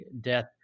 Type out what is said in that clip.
death